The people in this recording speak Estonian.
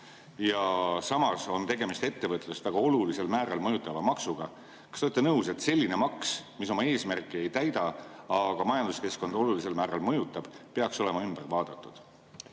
Ja samas on tegemist ettevõtlust väga olulisel määral mõjutava maksuga. Kas te olete nõus, et selline maks, mis oma eesmärki ei täida, aga majanduskeskkonda olulisel määral mõjutab, peaks olema ümber vaadatud?